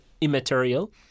immaterial